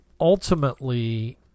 ultimately